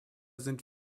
sind